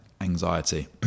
anxiety